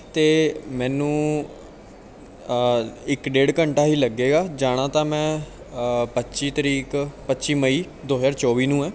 ਅਤੇ ਮੈਨੂੰ ਇੱਕ ਡੇਢ ਘੰਟਾ ਹੀ ਲੱਗੇਗਾ ਜਾਣਾ ਤਾਂ ਮੈਂ ਪੱਚੀ ਤਰੀਕ ਪੱਚੀ ਮਈ ਦੋ ਹਜ਼ਾਰ ਚੌਵੀ ਨੂੰ ਹੈ